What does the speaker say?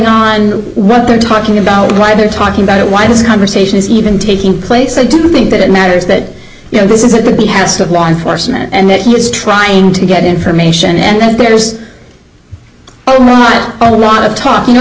on what they're talking about why they're talking about it why this conversation is even taking place and to think that it matters that you know this is at the behest of law enforcement and that he is trying to get information and that there's a lot of talk